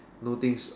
do things